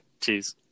Cheers